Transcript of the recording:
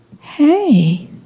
Hey